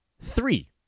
Three